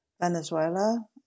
Venezuela